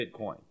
Bitcoin